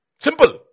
Simple